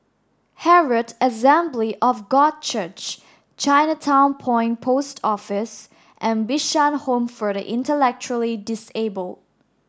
Herald Assembly of God Church Chinatown Point Post Office and Bishan Home for the Intellectually Disabled